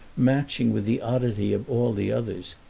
matching with the oddity of all the others,